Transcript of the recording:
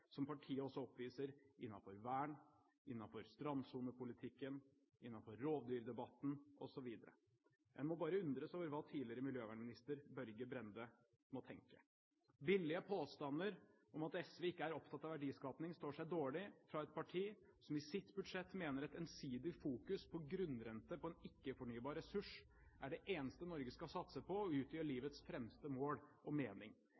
som partiet også oppviser innenfor vern, innenfor strandsonepolitikken, innenfor rovdyrdebatten, osv. En må bare undres over hva tidligere miljøvernminister Børge Brende må tenke. Billige påstander om at SV ikke er opptatt av verdiskaping står seg dårlig fra et parti som i sitt budsjett mener at et ensidig fokus på grunnrente på en ikke-fornybar ressurs, er det eneste Norge skal satse på og utgjør livets fremste mål og mening.